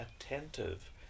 attentive